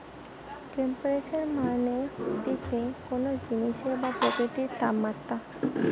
temperature মানে হতিছে কোন জিনিসের বা প্রকৃতির তাপমাত্রা